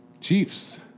Chiefs